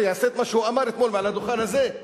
יעשה את מה שהוא אמר אתמול מעל הדוכן הזה,